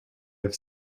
have